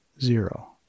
zero